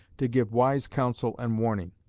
to give wise counsel and warning.